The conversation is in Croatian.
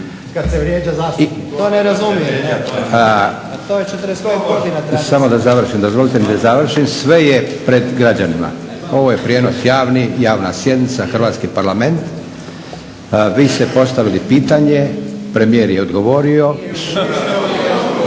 Kad se vrijeđa zastupnik to ne razumijete ne?/… Samo da završim, dozvolite mi da završim. Sve je pred građanima. Ovo je prijenos javni, javna sjednica Hrvatski parlament. Vi ste postavili pitanje, premijer je odgovorio. …